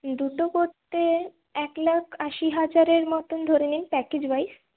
দুটো করতে এক লাখ আশি হাজারের মতন ধরে নিন প্যাকেজ ওয়াইস